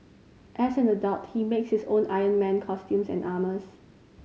as an adult he makes his own Iron Man costumes and armours